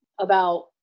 about-